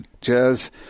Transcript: Jazz